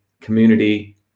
community